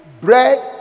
bread